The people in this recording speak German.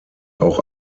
auch